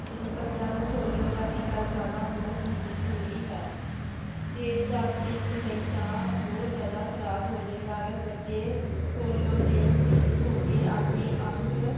ਅਤੇ ਬੱਚਿਆਂ ਨੂੰ ਪੋਲੀਓ ਜਾ ਟੀਕਾ ਲਗਾਉਣਾ ਬਹੁਤ ਹੀ ਜ਼ਰੂਰੀ ਹੈ ਦੇਸ਼ ਦਾ ਭਵਿੱਖ ਨਹੀਂ ਤਾਂ ਬਹੁਤ ਜ਼ਿਆਦਾ ਖਰਾਬ ਹੋ ਜਾਵੇਗਾ ਅਗਰ ਬੱਚੇ ਪੋਲੀਓ ਦੇ ਮਰੀਜ਼ ਹੋ ਕੇ ਆਪਣੇ ਅੰਗ